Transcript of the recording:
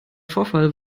vorfall